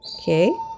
Okay